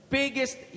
biggest